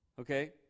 Okay